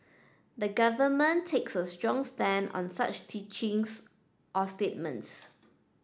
the government takes a strong stand on such teachings or statements